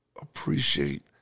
appreciate